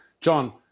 John